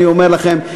אני אומר לכם,